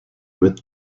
with